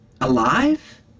alive